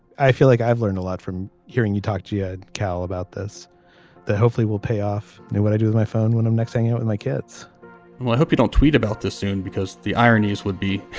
i feel like i've learned a lot from hearing you talk your yeah cal about this that hopefully will pay off. what i do with my phone when i'm next hanging out and my kids well i hope you don't tweet about this soon because the ironies would be